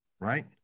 right